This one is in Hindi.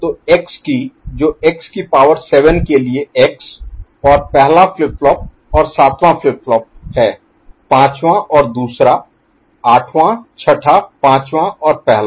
तो x की जो x की पावर 7 के लिए x और पहला फ्लिप फ्लॉप और सातवां फ्लिप फ्लॉप है पांचवा और दूसरा आठवां छठा पांचवा और पहला